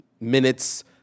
minutes